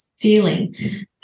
feeling